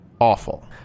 Awful